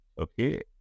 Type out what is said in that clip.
Okay